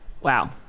wow